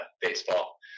baseball